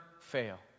fail